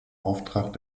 auftrag